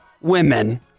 women